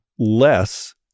less